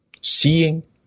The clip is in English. Seeing